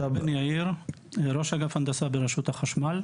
משה בן יאיר, ראש אגף הנדסה ברשות החשמל.